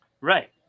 Right